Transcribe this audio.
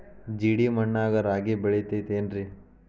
ಜೇಡಿ ಮಣ್ಣಾಗ ರಾಗಿ ಬೆಳಿತೈತೇನ್ರಿ?